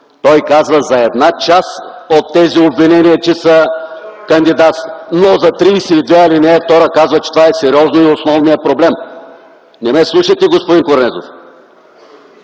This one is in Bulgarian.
Той казва за една част от тези обвинения, че са кандидатски, но за чл. 32, ал. 2 казва, че това е сериозният и основният проблем. Не ме слушате, господин Корнезов!